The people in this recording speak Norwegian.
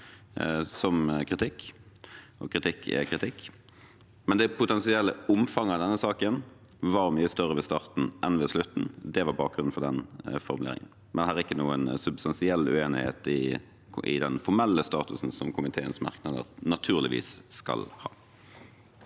som kritikk. Kritikk er kritikk, men det potensielle omfanget av denne saken var mye større ved starten enn ved slutten. Det var bakgrunnen for den formuleringen. Men det er ikke noen substansiell uenighet i den formelle statusen som komiteens merknader naturligvis skal ha.